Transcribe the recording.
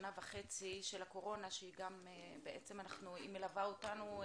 שנה וחצי של הקורונה שמלווה אותנו,